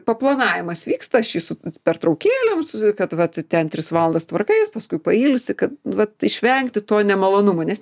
paplanavimas vyksta aš jį su pertraukėlėm su kad vat ten tris valandas tvarkais paskui pailsi kad vat išvengti to nemalonumo nes